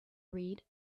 read